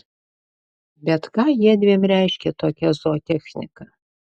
bet ką jiedviem reiškia tokia zootechnika